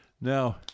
Now